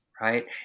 Right